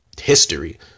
history